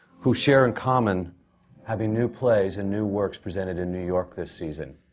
who share in common having new plays and new works presented in new york this season.